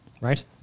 Right